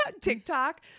tiktok